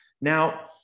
Now